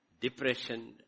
Depression